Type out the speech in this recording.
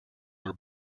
were